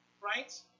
right